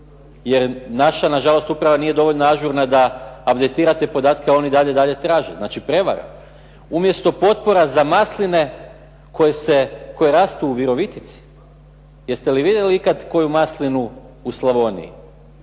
jer naša nažalost uprava nije dovoljno ažurna da abditira te podatke, a oni i dalje traže. Znači prevara. Umjesto potpora za masline koje rastu u Virovitici. Jeste li vidjeli ikada koju maslinu u Slavoniji?